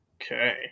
Okay